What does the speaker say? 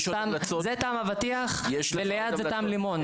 זה טעם אבטיח, וליד זה טעם לימון.